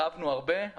אומנם רבנו הרבה,